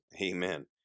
Amen